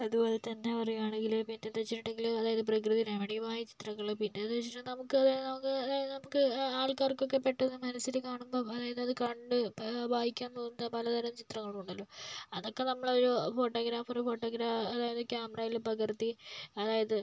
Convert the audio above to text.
അതുപോലെത്തന്നെ പറയുകയാണെങ്കിൽ മുറ്റത്തെ ചെടികൾ അതായത് പ്രകൃതി രമണീയമായ ചിത്രങ്ങൾ പിന്നെയെന്ന് വെച്ചിട്ടുണ്ടെങ്കിൽ നമുക്ക് നമുക്ക് അതായത് നമുക്ക് ആൾക്കാർക്കൊക്കേ പെട്ടെന്ന് മനസ്സിൽ കാണുമ്പം അതായത് അത് കണ്ട് വായിക്കാൻ തോന്നുന്ന പലതരം ചിത്രങ്ങളും ഉണ്ടല്ലോ അതൊക്കെ നമ്മളൊരു ഫോട്ടോഗ്രാഫർ ഫോട്ടോഗ്രാ അതായത് ക്യാമറയിൽ പകർത്തി അതായത്